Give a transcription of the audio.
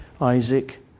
Isaac